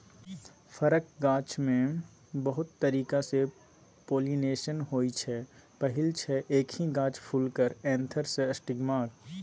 फरक गाछमे बहुत तरीकासँ पोलाइनेशन होइ छै पहिल छै एकहि गाछ फुलक एन्थर सँ स्टिगमाक